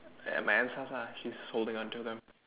at my aunt's house ah she is holding onto them